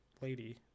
lady